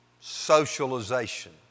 socialization